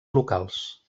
locals